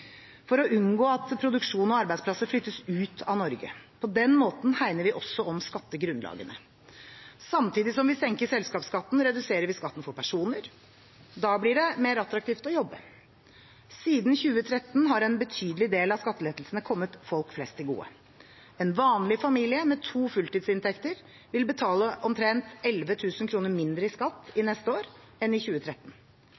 for å unngå at produksjon og arbeidsplasser flyttes ut av Norge. På den måten hegner vi også om skattegrunnlagene. Samtidig som vi senker selskapskatten, reduserer vi skatten for personer. Da blir det mer attraktivt å jobbe. Siden 2013 har en betydelig del av skattelettelsene kommet folk flest til gode. En vanlig familie med to fulltidsinntekter vil betale omtrent 11 000 kr mindre i skatt